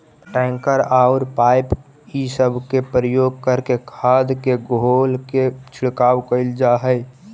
tanker औउर pipe इ सब के प्रयोग करके खाद के घोल के छिड़काव कईल जा हई